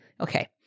Okay